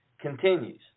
continues